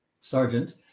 sergeant